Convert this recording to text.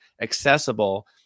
accessible